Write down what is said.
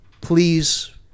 please